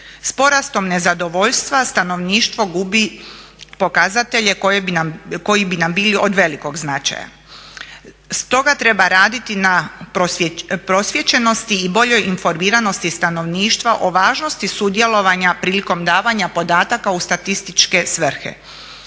S porastom nezadovoljstva stanovništvo gubi pokazatelje koji bi nam bili od velikog značaja. Stoga treba raditi na prosvjećenosti i boljoj informiranosti stanovništva o važnosti sudjelovanja prilikom davanja podataka u statističke svrhe